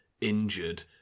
injured